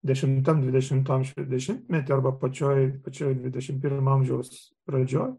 dešimtam dvidešimto amžiaus dešimtmety arba pačioje pačioje dvidešimt pirmo amžiaus pradžioj